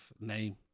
name